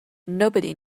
nobody